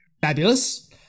Fabulous